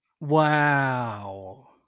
wow